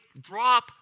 drop